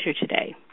today